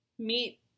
Meet